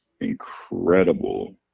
incredible